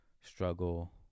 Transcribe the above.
struggle